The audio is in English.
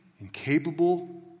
incapable